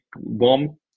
bomb